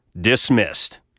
Dismissed